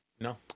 No